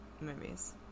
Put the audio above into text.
movies